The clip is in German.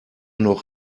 noch